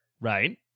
Right